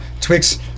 Twix